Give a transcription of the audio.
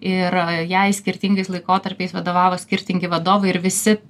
ir jai skirtingais laikotarpiais vadovavo skirtingi vadovai ir visi